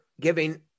giving